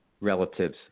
relatives